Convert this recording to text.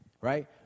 right